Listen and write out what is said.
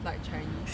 like chinese